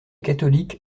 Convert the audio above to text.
catholiques